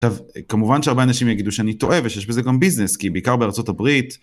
עכשיו כמובן שהרבה אנשים יגידו שאני טועה ושיש בזה גם ביזנס כי בעיקר בארצות הברית